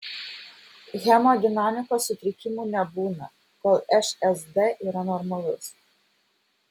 hemodinamikos sutrikimų nebūna kol šsd yra normalus